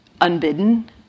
unbidden